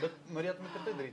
bet norėtumėt ir tai daryt